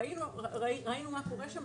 ראינו מה קורה שם.